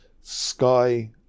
Sky